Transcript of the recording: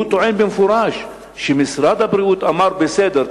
הוא טוען במפורש שמשרד הבריאות אמר: בסדר,